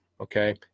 okay